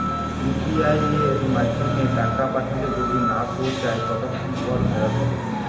UPI য়ের মাধ্যমে টাকা পাঠালে যদি না পৌছায় কতক্ষন পর ফেরত হবে?